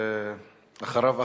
ואחריו,